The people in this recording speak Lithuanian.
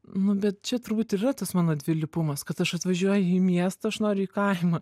nu bet čia turbūt ir yra tas mano dvilypumas kad aš atvažiuoju į miestą aš noriu į kaimą